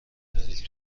بلیت